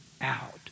out